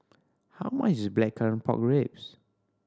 how much is Blackcurrant Pork Ribs